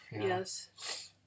Yes